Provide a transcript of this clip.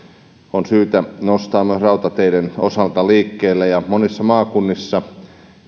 on syytä nostaa myös rautateiden osalta liikkeelle monissa maakunnissa